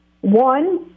One